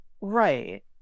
Right